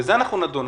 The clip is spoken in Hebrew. בזה אנחנו נדון.